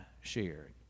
shared